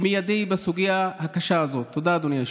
היחיד שהתנגד בפסק דין המזרחי לפסק הדין של דעת הרוב,